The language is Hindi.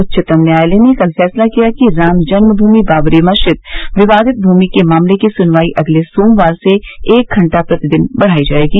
उच्चतम न्यायालय ने कल फैसला किया कि राम जन्म भूमि बाबरी मस्जिद विवादित भूमि के मामले की सुनवाई अगले सोमवार से एक घंटा प्रतिदिन बढ़ाई जाएगी